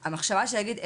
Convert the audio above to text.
מה גם שבעצם אם אנחנו